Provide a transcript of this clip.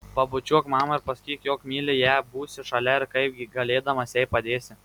pabučiuok mamą ir pasakyk jog myli ją būsi šalia ir kaip galėdamas jai padėsi